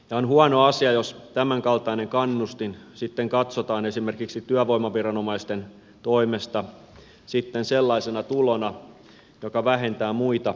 on huono asia jos tämänkaltainen kannustin sitten katsotaan esimerkiksi työvoimaviranomaisten toimesta sellaisena tulona joka vähentää muita korvauksia